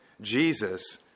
Jesus